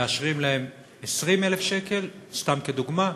ומאשרים להם 20,000 שקל, סתם כדוגמה,